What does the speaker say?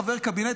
חבר קבינט,